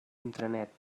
intranet